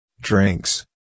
Drinks